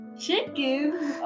chicken